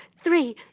three